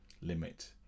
limit